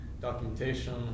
documentation